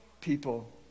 people